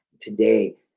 today